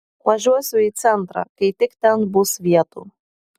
važiuosiu į centrą kai tik ten bus vietų